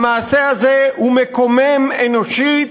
המעשה הזה הוא מקומם אנושית,